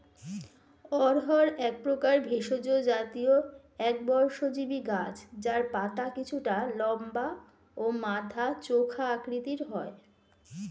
অড়হর একপ্রকার ভেষজ জাতীয় একবর্ষজীবি গাছ যার পাতা কিছুটা লম্বা ও মাথা চোখা আকৃতির হয়